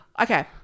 Okay